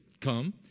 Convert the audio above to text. come